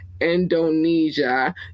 Indonesia